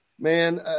man